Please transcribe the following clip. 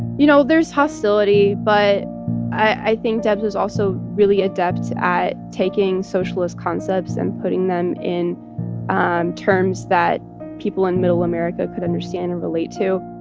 you know, there's hostility. but i think debs was also really adept at taking socialist concepts and putting them in and terms that people in middle america could understand and relate to.